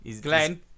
Glenn